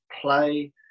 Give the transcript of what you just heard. play